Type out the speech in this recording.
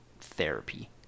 therapy